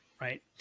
Right